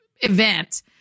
event